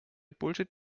bullshit